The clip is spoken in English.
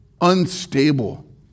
unstable